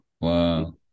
Wow